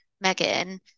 Megan